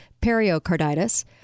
pericarditis